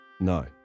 No